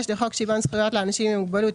לחוק שוויון זכויות לאנשים עם מוגבלות,